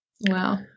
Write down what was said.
Wow